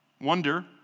wonder